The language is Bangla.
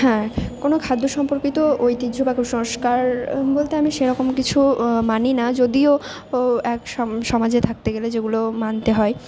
হ্যাঁ কোনো খাদ্য সম্পর্কিত ঐতিহ্য বা কুসংস্কার বলতে আমি সেরকম কিছু মানি না যদিও ও এক সমাজে থাকতে গেলে যেগুলো মানতে হয়